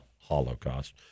Holocaust